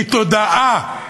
היא תודעה.